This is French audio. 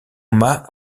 m’a